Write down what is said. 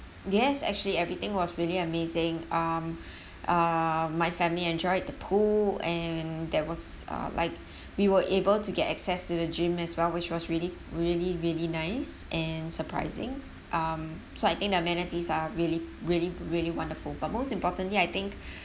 yes actually everything was really amazing um uh my family enjoyed the pool and there was uh like we were able to get access to the gym as well which was really really really nice and surprising um so I think the amenities are really really really wonderful but most importantly I think